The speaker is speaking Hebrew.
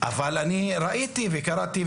ראיתי וקראתי,